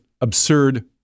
absurd